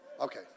Okay